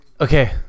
Okay